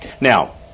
Now